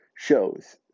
shows